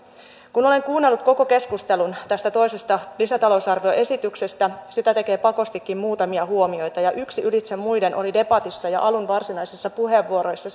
kun olen kuunnellut koko keskustelun tästä toisesta lisätalousarvioesityksestä sitä tekee pakostikin muutamia huomioita ja yksi ylitse muiden oli debatissa ja alun varsinaisissa puheenvuoroissa